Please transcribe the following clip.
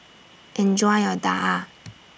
Enjoy your Daal